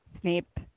Snape